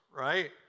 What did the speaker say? right